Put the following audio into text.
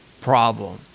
problem